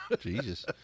Jesus